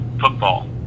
football